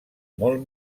molt